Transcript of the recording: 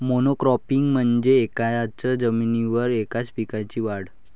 monocropping म्हणजे एकाच जमिनीवर एकाच पिकाची वाढ